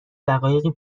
دقایقی